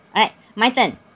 alright my turn